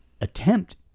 attempt